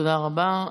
תודה רבה.